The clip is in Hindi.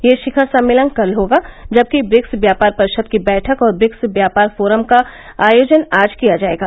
यह शिखर सम्मेलन कल होगा जबकि ब्रिक्स व्यापार परिषद की बैठक और ब्रिक्स व्यापार फोरम का आयोजन आज किया जाएगा